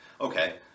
Okay